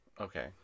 Okay